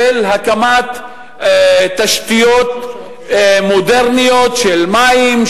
של הקמת תשתיות מודרניות של מים,